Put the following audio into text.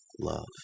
love